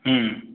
হুম